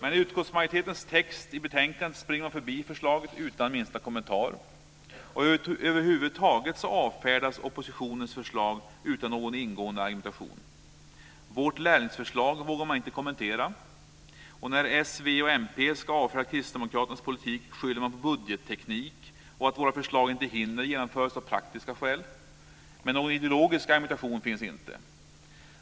I utskottsmajoritetens text i betänkandet går man förbi förslaget utan minsta kommentar. Över huvud taget avfärdas oppositionens förslag utan någon ingående argumentation. Vårt lärlingsförslag vågar man inte kommentera. När Socialdemokraterna, Vänsterpartiet och Miljöpartiet ska avfärda Kristdemokraternas politik skyller man på budgetteknik och på att våra förslag inte hinner genomföras av praktiska skäl. Men någon ideologisk argumentation finns inte.